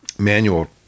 manual